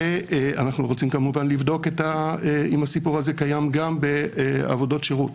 אנחנו רוצים כמובן לבדוק אם הסיפור הזה קיים גם בעבודות שירות.